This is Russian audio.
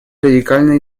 радикально